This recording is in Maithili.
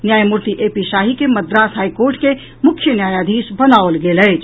न्यायमूर्ति ए पी शाही के मद्रास हाईकोर्ट के मुख्य न्यायाधीश बनाओल गेल अछि